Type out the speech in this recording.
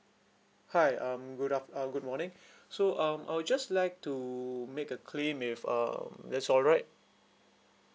hi um good af~ uh good morning so um I would just like to make a claim if um that's alright